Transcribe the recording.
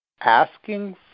Asking